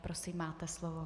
Prosím, máte slovo.